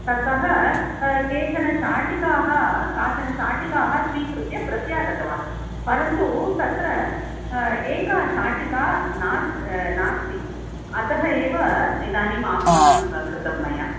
ततः काश्चन शाटिकाः काश्चन शाटिकाः स्वीकृत्य प्रत्यागतवान् परन्तु तत्र एका शाटिका नास् नास्ति अतः एव इदानीम् आह्वानं कृतं मया